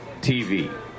TV